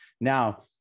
Now